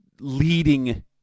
leading